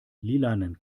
lilanen